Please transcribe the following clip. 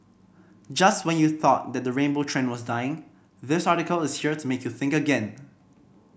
just when you thought that the rainbow trend was dying this article is here to make you think again